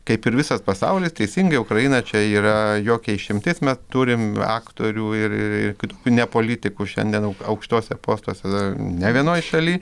kaip ir visas pasaulis teisingai ukraina čia yra jokia išimti mes turim aktorių ir ir ir kitokių ne politikų šiandien aukštuose postuose ne vienoj šaly